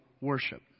worship